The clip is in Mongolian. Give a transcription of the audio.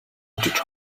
очиж